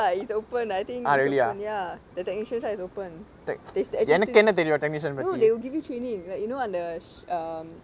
go lah I think it's open I think it's open ya the technician side is open they still they actually still no they will give you training like you know அந்த:antha um